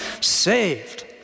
saved